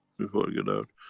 before you left.